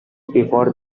before